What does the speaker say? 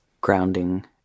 grounding